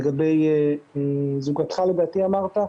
לגבי זוגתך לדעתי אמרת.